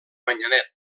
manyanet